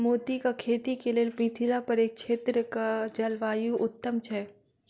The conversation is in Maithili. मोतीक खेती केँ लेल मिथिला परिक्षेत्रक जलवायु उत्तम छै?